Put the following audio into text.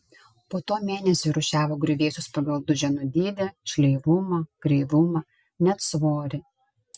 po to mėnesį rūšiavo griuvėsius pagal duženų dydį šleivumą kreivumą net svorį